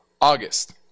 August